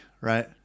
right